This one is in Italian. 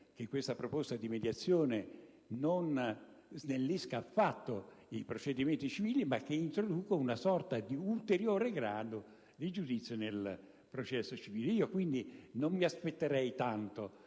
che la proposta di mediazione non snellisca i procedimenti civili, ma anzi introduca una sorta di ulteriore grado di giudizio nel processo civile. Ripeto, quindi, che io non mi aspetterei tanto